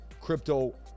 crypto